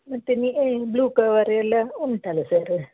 ಮತ್ತು ನೀ ಬ್ಲೂ ಕವರೆಲ್ಲ ಉಂಟಲ್ಲ ಸರ್